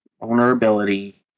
Vulnerability